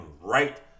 right